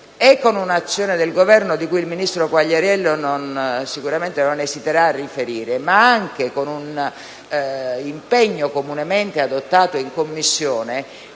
con un'azione del Governo, su cui il ministro Quagliariello sicuramente non esiterà a riferire, e con un impegno comunemente adottato in Commissione,